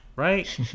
Right